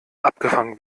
abgefangen